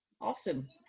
Awesome